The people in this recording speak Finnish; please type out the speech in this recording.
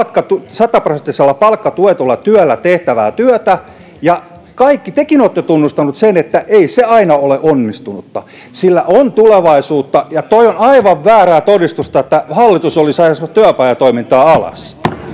sataprosenttisella palkkatuetulla työllä tehtävää työtä ja tekin olette tunnustanut sen että ei se aina ole onnistunutta sillä on tulevaisuutta ja tuo on aivan väärää todistusta että hallitus olisi ajamassa työpajatoimintaa alas